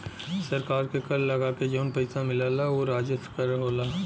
सरकार के कर लगा के जौन पइसा मिलला उ राजस्व कर होला